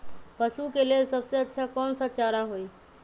पशु के लेल सबसे अच्छा कौन सा चारा होई?